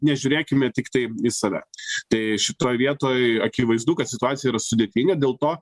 nežiūrėkime tiktai į save tai šitoj vietoj akivaizdu kad situacija yra sudėtinga dėl to